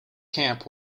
camp